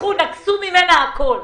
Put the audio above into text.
לקחו ממנה הכול.